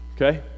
Okay